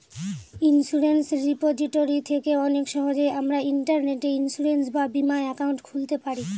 insurance repository থেকে অনেক সহজেই আমরা ইন্টারনেটে ইন্সুরেন্স বা বীমা একাউন্ট খুলতে পারি